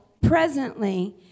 presently